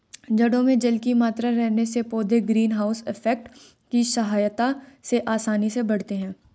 जड़ों में जल की मात्रा रहने से पौधे ग्रीन हाउस इफेक्ट की सहायता से आसानी से बढ़ते हैं